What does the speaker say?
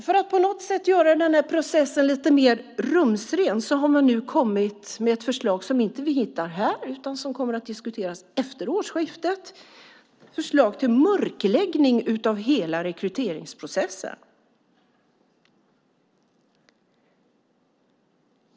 För att på något sätt göra processen lite mer rumsren har man nu kommit med ett förslag som vi inte hittar här utan som kommer att diskuteras efter årsskiftet - ett förslag om mörkläggning av hela rekryteringsprocessen.